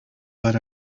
what